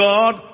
God